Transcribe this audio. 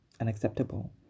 unacceptable